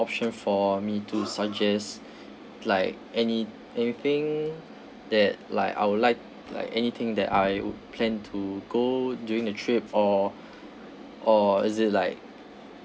option for me to suggest like any anything that like I would like like anything that I plan to go during the trip or or is it like